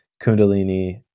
Kundalini